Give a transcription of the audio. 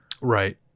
Right